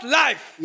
life